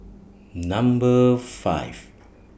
Number five